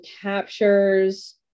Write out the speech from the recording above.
captures